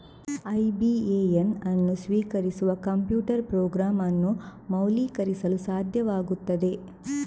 IBAN ಅನ್ನು ಸ್ವೀಕರಿಸುವ computer program ಅನ್ನು ಮೌಲ್ಯೀಕರಿಸಲು ಸಾಧ್ಯವಾಗುತ್ತದೆ